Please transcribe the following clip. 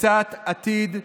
חפצת עתיד,